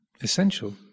essential